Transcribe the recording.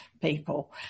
people